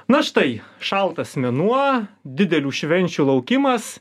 na štai šaltas mėnuo didelių švenčių laukimas